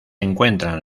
encuentran